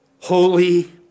holy